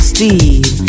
Steve